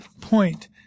point